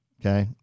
Okay